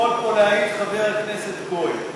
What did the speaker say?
יכול להעיד פה חבר הכנסת כהן,